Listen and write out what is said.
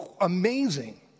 amazing